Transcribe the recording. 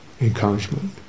encouragement